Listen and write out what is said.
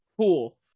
Cool